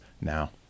now